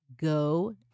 go